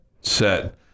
set